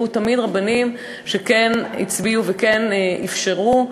תמיד היו רבנים שכן הצביעו וכן אפשרו.